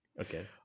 Okay